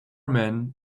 men